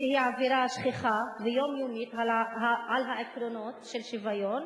ושהיא עבירה שכיחה ויומיומית על העקרונות של שוויון